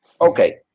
okay